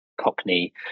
cockney